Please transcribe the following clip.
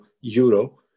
Euro